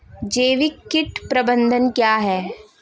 जैविक कीट प्रबंधन क्या है?